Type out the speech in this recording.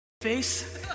face